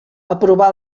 aprovar